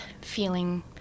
feeling